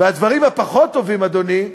והדברים הפחות טובים, אדוני,